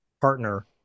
partner